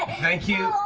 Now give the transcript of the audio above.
thank you.